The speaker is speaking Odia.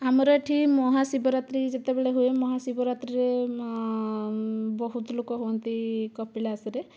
ଆମର ଏହିଠି ମହାଶିବ ରାତ୍ରି ଯେତେବେଳେ ହୁଏ ମହାଶିବ ରାତ୍ରିରେ ବହୁତ ଲୋକ ହୁଅନ୍ତି କପିଳାସରେ